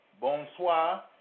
Bonsoir